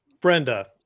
brenda